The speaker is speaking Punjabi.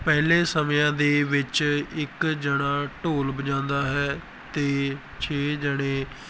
ਪਹਿਲੇ ਸਮਿਆਂ ਦੇ ਵਿੱਚ ਇੱਕ ਜਣਾ ਢੋਲ ਵਜਾਉਂਦਾ ਹੈ ਅਤੇ ਛੇ ਜਣੇ